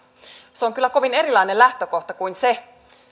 se on kyllä kovin erilainen lähtökohta kuin se